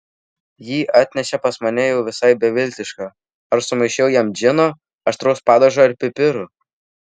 jį atnešė pas mane jau visai beviltišką aš sumaišiau jam džino aštraus padažo ir pipirų